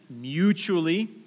mutually